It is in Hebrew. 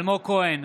אלמוג כהן,